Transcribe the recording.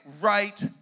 right